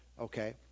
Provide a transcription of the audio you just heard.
okay